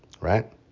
right